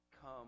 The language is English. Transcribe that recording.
come